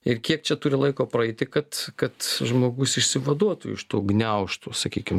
ir kiek čia turi laiko praeiti kad kad žmogus išsivaduotų iš tų gniaužtų sakykim